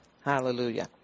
Hallelujah